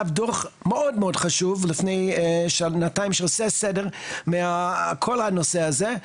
כתב דוח מאוד חשוב לפני שנתיים שעושה סדר מכל הנושא הזה.